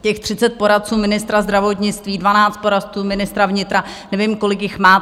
Těch 30 poradců ministra zdravotnictví, 12 poradců ministra vnitra, nevím, kolik jich máte.